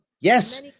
Yes